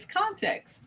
context